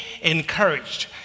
encouraged